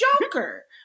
joker